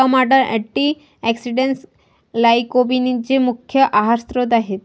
टमाटर अँटीऑक्सिडेंट्स लाइकोपीनचे मुख्य आहार स्त्रोत आहेत